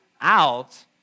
out